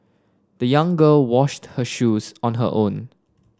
the young girl washed her shoes on her own